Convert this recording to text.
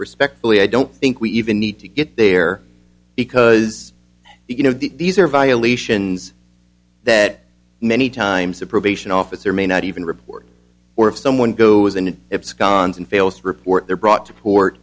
respectfully i don't think we even need to get there because you know these are violations that many times a probation officer may not even report or if someone goes in and it's gone and fails report they're brought to court